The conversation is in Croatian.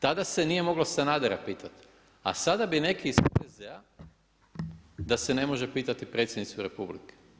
Tada se nije moglo Sanadera pitati a sada bi neki iz HDZ-a da se ne može pitati predsjednicu Republike.